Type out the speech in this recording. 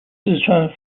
四川